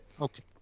Okay